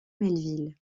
melville